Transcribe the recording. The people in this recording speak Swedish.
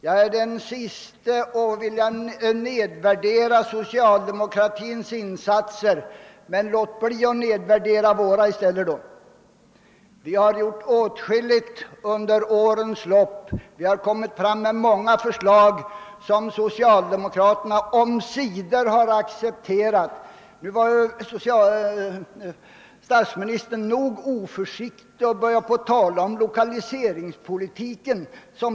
Jag är den siste att vilja nedvärdera socialdemokratins insatser. Men jag tyc ker att socialdemokraterna bör låta bli att nedvärdera våra. Vi har gjort åtskilligt under årens lopp. Vi har iagt fram många förslag, som socialdemokraterna omsider har accepterat. Statsministern var oförsiktig nog att börja tala om lokaliseringspolitiken.